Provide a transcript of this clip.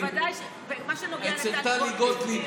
בוודאי, במה שנוגע לטלי גוטליב.